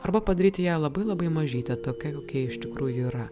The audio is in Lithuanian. arba padaryti ją labai labai mažytę tokia kokia iš tikrųjų yra